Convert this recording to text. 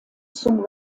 zum